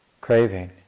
craving